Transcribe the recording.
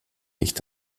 nicht